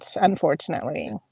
unfortunately